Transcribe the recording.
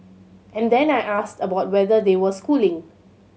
and then I asked about whether they were schooling